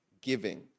giving